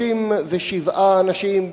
37 אנשים.